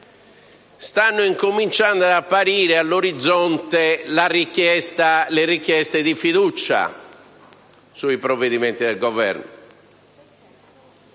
Stanno incominciando ad apparire all'orizzonte le richieste di fiducia sui provvedimenti del Governo.